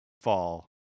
fall